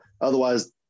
Otherwise